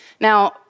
Now